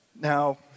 Now